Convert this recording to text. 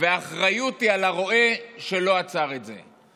והאחריות היא על הרועה שלא עצר את זה.